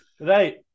Right